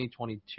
2022